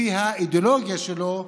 לפי האידיאולוגיה שלו,